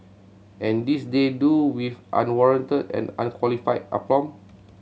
and this they do with unwarranted and unqualified aplomb